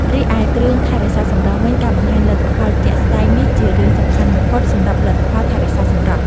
រីឯគ្រឿងថែរក្សាសម្រស់វិញការបង្ហាញលទ្ធផលជាក់ស្តែងនេះជារឿងសំខាន់បំផុតសម្រាប់ផលិតផលថែរក្សាសម្រស់។